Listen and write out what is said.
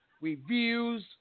reviews